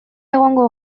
egongo